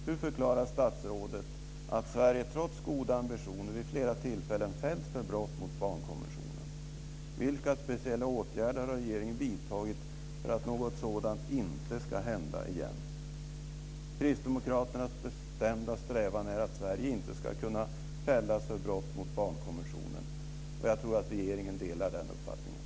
Hur förklarar statsrådet att Sverige trots goda ambitioner vid flera tillfällen fällts för brott mot barnkonventionen? Vilka speciella åtgärder har regeringen vidtagit för att något sådant inte ska hända igen? Kristdemokraternas bestämda strävan är att Sverige inte ska kunna fällas för brott mot barnkonventionen, och jag tror att regeringen delar den uppfattningen.